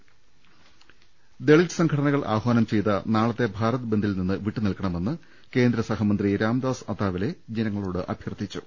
് ദളിത് സംഘടനകൾ ആഹ്വാനം ചെയ്ത നാളത്തെ ഭാരത് ബന്ദിൽ നിന്ന് വിട്ടുനിൽക്കണമെന്ന് കേന്ദ്ര സഹമന്ത്രി രാംദാസ് അതാ വലെ ജനങ്ങളോട് അഭ്യർത്ഥിച്ചു